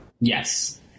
Yes